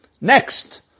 Next